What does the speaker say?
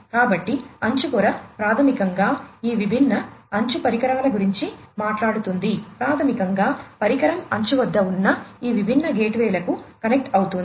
కాబట్టి అంచు పొర ప్రాథమికంగా ఈ విభిన్న అంచు పరికరాల గురించి మాట్లాడుతుంది ప్రాథమికంగా పరికరం అంచు వద్ద ఉన్న ఈ విభిన్న గేట్వేలకు కనెక్ట్ అవుతోంది